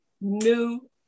new